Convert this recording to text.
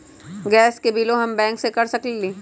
Gas के बिलों हम बैंक से कैसे कर सकली?